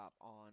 on